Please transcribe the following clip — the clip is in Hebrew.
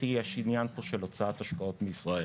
את זה שיש פה עניין של הוצאת השקעות מישראל.